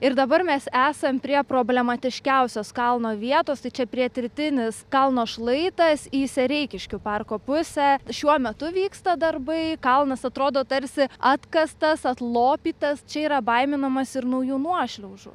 ir dabar mes esam prie problematiškiausios kalno vietos tai čia pietrytinis kalno šlaitas į sereikiškių parko pusę šiuo metu vyksta darbai kalnas atrodo tarsi atkastas atlopytas čia yra baiminamasi naujų nuošliaužų